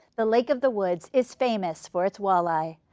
the lake of the woods is famous for its walleye.